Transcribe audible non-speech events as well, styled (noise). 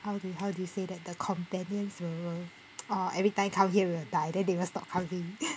how do you how do you say that the companions will will or (noise) every time come here will die then they will stop coming